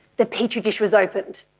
the petri dish was opened.